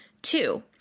Two